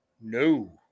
no